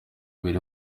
biri